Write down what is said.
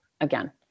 again